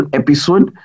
episode